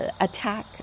attack